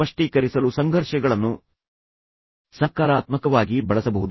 ಸ್ಪಷ್ಟೀಕರಿಸಲು ಸಂಘರ್ಷಗಳನ್ನು ಸಕಾರಾತ್ಮಕವಾಗಿ ಬಳಸಬಹುದು